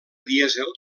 dièsel